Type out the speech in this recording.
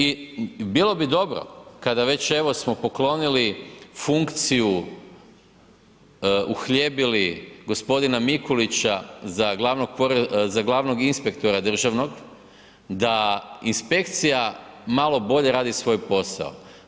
I bilo bi dobro kada već, evo smo poklonili funkciju, uhljebili g. Mikulića za glavnog inspektora državnog da inspekcija malo bolje radi svoj posao.